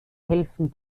helfen